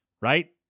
right